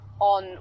on